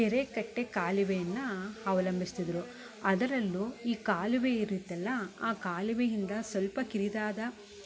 ಕೆರೆ ಕಟ್ಟೆ ಕಾಲುವೆಯನ್ನ ಅವ್ಲಂಬಿಸ್ತಿದ್ದರು ಅದರಲ್ಲೂ ಈ ಕಾಲುವೆ ಇರತ್ತಲ್ಲ ಆ ಕಾಲುವೆ ಇಂದ ಸ್ವಲ್ಪ ಕಿರಿದಾದ